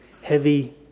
heavy